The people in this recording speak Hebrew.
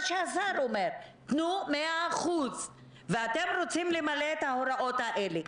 שהשר אומר: תנו 100%. אתם רוצים למלא את ההוראות האלה,